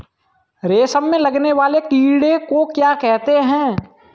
रेशम में लगने वाले कीड़े को क्या कहते हैं?